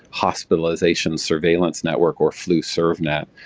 hospitalization surveillance network or flu serve net,